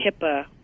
HIPAA